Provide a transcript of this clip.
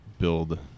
build